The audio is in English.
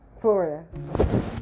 Florida